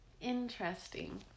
interesting